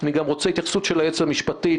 אני גם רוצה התייחסות של היועצת המשפטית.